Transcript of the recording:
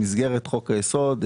במסגרת חוק-היסוד,